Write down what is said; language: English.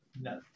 no